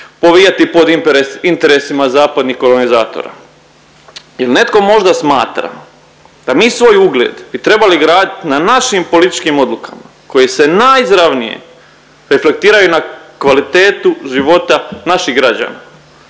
povijati pod interesima zapadnih kolonizatora. Je li netko možda smatra da mi svoj ugled bi trebali gradit na našim političkim odlukama koji se najizravnije reflektiraju na kvalitetu života naših građana?